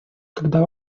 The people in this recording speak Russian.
когда